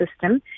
system